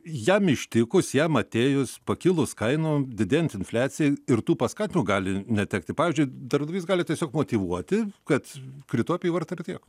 jam ištikus jam atėjus pakilus kainom didėjant infliacijai ir tų paskatinimų gali netekti pavyzdžiui darbdavys gali tiesiog motyvuoti kad krito apyvarta ir tiek